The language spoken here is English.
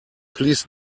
please